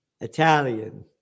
Italian